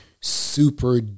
super